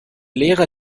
lehrer